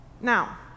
Now